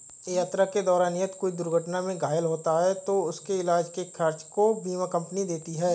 यात्रा के दौरान यदि कोई दुर्घटना में घायल होता है तो उसके इलाज के खर्च को बीमा कम्पनी देती है